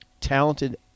talented